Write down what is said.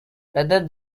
rather